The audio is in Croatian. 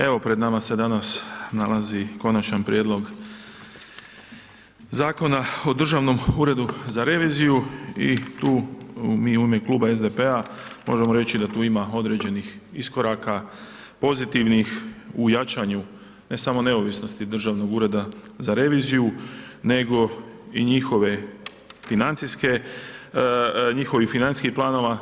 Evo, pred nama se danas nalazi Konačan prijedlog Zakona o Državnom uredu za reviziju i tu mi u ime kluba SDP-a možemo reći da tu ima određenih iskoraka, pozitivnih u jačanju ne samo neovisnosti Državnog ureda za reviziju nego i njihove financijske, njihovih financijskih planova.